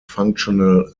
functional